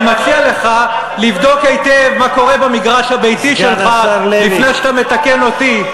אני מציע לך לבדוק היטב מה קורה במגרש הביתי שלך לפני שאתה מתקן אותי.